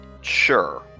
sure